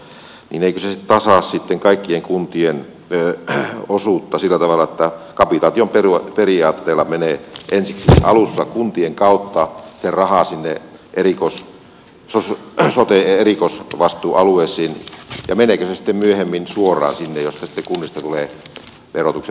eikö se tasaa sitten kaikkien kuntien osuutta sillä tavalla että kapitaation periaatteella menee ensiksi alussa kuntien kautta se raha sinne sote erikoisvastuualueisiin ja meneekö se sitten myöhemmin suoraan sinne jos näistä kunnista tulee verotuksen perusteella pienempi osuus